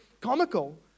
comical